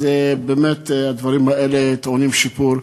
אז באמת הדברים האלה טעונים שיפור.